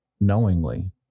knowingly